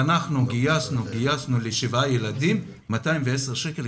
אנחנו גייסנו לשבעה ילדים 210 שקלים,